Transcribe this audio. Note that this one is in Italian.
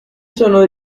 sono